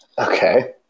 Okay